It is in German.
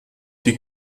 die